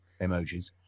emojis